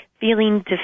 Feeling